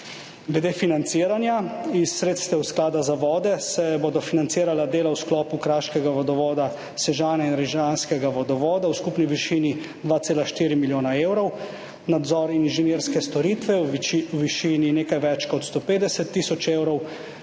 Glede financiranja. Iz sredstev Sklada za vode se bodo financirala dela v sklopu Kraškega vodovoda Sežana in Rižanskega vodovoda v skupni višini 2,4 milijona evrov, nadzor in inženirske storitve v višini nekaj več kot 150 tisoč evrov,